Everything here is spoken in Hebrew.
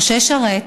משה שרת,